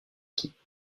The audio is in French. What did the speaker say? équipes